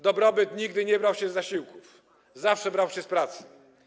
Dobrobyt nigdy nie brał się z zasiłków - zawsze brał się z pracy.